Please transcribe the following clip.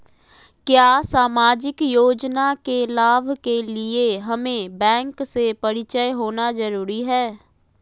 क्या सामाजिक योजना के लाभ के लिए हमें बैंक से परिचय होना जरूरी है?